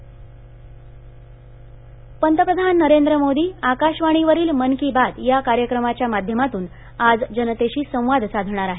मन की बात पंतप्रधान नरेंद्र मोदी आकाशवाणीवरील मन कि बात या कार्यक्रमाच्या माध्यमातून आज जनतेशी संवाद साधणार आहेत